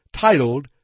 titled